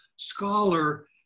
scholar